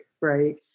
right